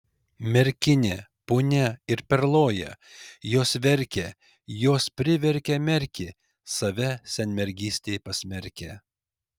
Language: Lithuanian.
merkinė punia ir perloja jos verkė jos priverkė merkį save senmergystei pasmerkę